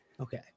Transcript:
Okay